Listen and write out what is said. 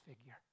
figure